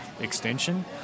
extension